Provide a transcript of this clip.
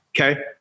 Okay